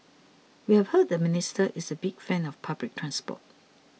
we have heard the minister is a big fan of public transport